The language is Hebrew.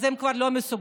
אז הם כבר לא מסוגלים.